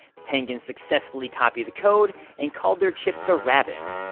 tengen successfully copied the code, and called their chip the rabbit.